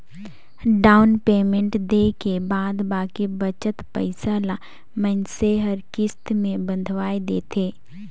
down payment देय के बाद बाकी बचत पइसा ल मइनसे हर किस्त में बंधवाए देथे